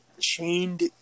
chained